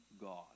God